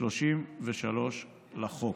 33 לחוק.